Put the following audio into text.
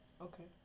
Okay